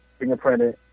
fingerprinted